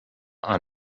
are